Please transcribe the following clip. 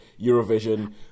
Eurovision